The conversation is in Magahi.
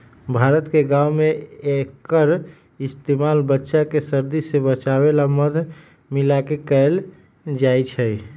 भारत के गाँव में एक्कर इस्तेमाल बच्चा के सर्दी से बचावे ला मध मिलाके कएल जाई छई